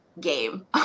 game